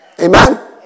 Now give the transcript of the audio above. Amen